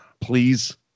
Please